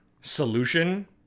solution